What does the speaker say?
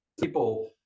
people